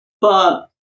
But-